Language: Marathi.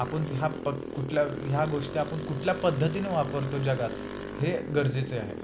आपण ह्या प क कुठल्या ह्या गोष्टी आपन कुठल्या पद्धतीने वापरतो जगात हे गरजेचे आहे